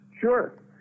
Sure